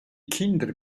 kinder